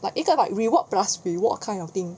like 一个 like reward plus reward kind of thing